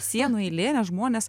sienų eilė nes žmonės